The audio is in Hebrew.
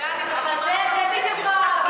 עם זה אני מסכימה לחלוטין,